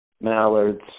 Mallards